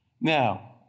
Now